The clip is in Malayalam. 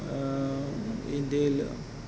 ഇന്ത്യയിൽ